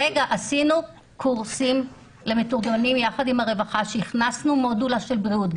עשינו קורסים למתורגמנים יחד עם רווחה והכנסנו מודולה של בריאות.